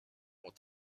ont